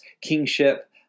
kingship